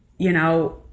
you know,